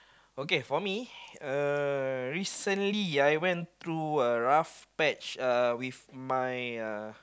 okay for me uh recently I went through a rough patch with uh my uh